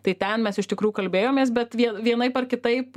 tai ten mes iš tikrųjų kalbėjomės bet vie vienaip ar kitaip